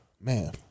man